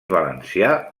valencià